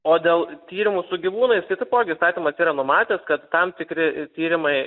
o dėl tyrimų su gyvūnais tai taipogi įstatymas yra numatęs kad tam tikri tyrimai